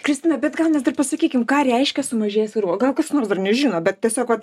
kristina bet gal net ir pasakykim ką reiškia sumažės o gal kas nors dar nežino bet tiesiog vat